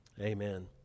amen